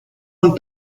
und